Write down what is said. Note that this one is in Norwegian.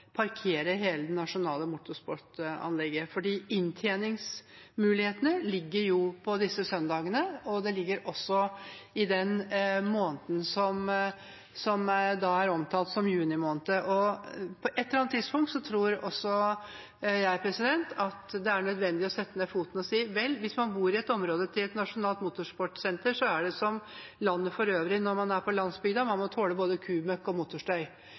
hele det nasjonale motorsportanlegget, for inntjeningsmulighetene ligger jo på disse søndagene, og de ligger også i den måneden som er omtalt som juni. På et eller annet tidspunkt tror også jeg det er nødvendig å sette ned foten og si at hvis man bor i et område med et nasjonalt motorsportsenter, er det som i landet for øvrig når man er på landsbygda: Man må tåle både kumøkk og motorstøy.